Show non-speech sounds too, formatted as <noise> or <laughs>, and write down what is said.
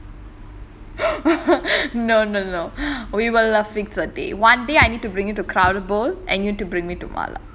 <laughs> no no no we will ah fix a day one day I need to bring it to crowded bowl and you need to bring me to mala